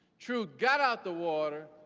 truth got out the water,